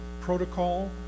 protocol